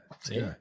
See